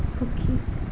সুখী